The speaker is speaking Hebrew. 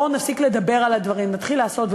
בואו נפסיק לדבר על הדברים, נתחיל לעשות.